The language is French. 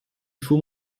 faut